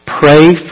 Pray